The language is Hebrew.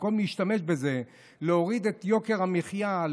במקום להשתמש בזה כדי להוריד את יוקר המחיה,